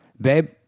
babe